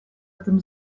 этом